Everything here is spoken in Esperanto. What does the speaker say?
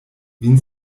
vin